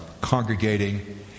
congregating